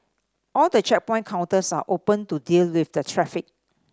all the checkpoint counters are open to deal with the traffic